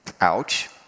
Ouch